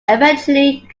eventually